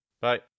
Bye